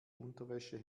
unterwäsche